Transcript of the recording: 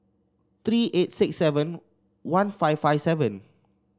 three eight six seven one five five seven